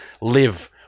live